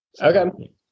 Okay